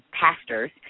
pastors